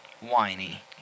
whiny